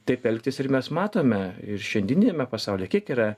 taip elgtis ir mes matome ir šiandieniniame pasaulyje kiek yra